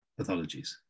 pathologies